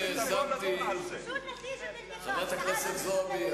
חברת הכנסת זועבי,